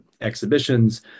exhibitions